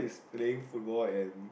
playing football and